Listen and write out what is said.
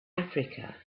africa